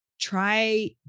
try